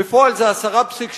בפועל זה 10.6%,